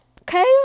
okay